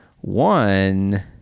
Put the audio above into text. one